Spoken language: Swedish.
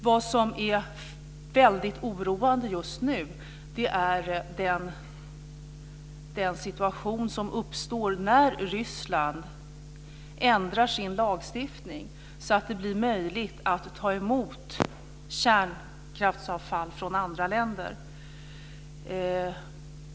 Det som är oroande just nu är den situation som uppstår när Ryssland ändrar sin lagstiftning så att det blir möjligt att ta emot kärnkraftsavfall från andra länder.